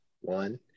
one